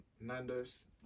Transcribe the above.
Nando's